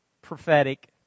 prophetic